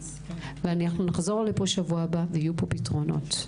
אנחנו נחזור לפה בשבוע הבא, ויהיו פה פתרונות.